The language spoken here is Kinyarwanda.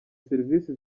serivisi